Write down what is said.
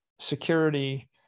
security